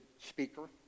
speaker